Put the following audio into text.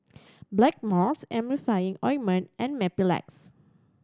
Blackmores Emulsying Ointment and Mepilex